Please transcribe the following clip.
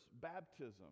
baptism